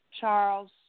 Charles